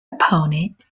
opponent